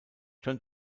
john